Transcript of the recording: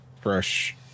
fresh